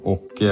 Och